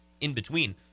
in-between